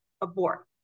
abort